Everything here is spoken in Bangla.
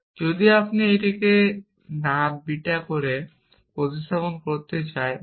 তারপর যদি আপনাকে এটিকে না বিটা দিয়ে প্রতিস্থাপন করতে হয়